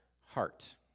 heart